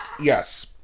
Yes